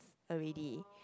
already